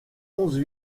onze